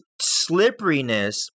slipperiness